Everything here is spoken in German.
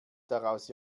daraus